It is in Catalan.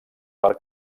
per